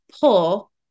pull